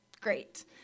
Great